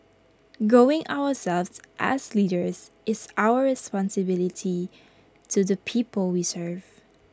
growing ourselves as leaders is our responsibility to the people we serve